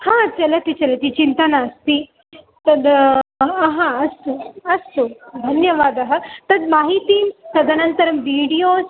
हा चलति चलति चिन्ता नास्ति तद् हा अस्तु अस्तु धन्यवादः तद्माहिति तदनन्तरं वीडियोस्